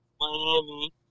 Miami